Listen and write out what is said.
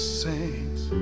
saints